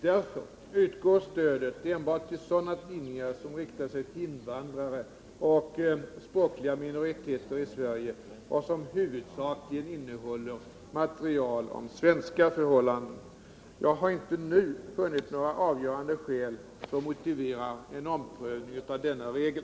Därför utgår stödet enbart till sådana tidningar som riktar sig till invandrare och språkliga minoriteter i Sverige och som huvudsakligen innehåller material om svenska förhållanden. Jag har inte nu funnit några avgörande skäl som motiverar en omprövning av denna regel.